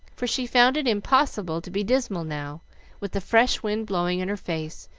for she found it impossible to be dismal now with the fresh wind blowing in her face,